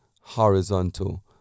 horizontal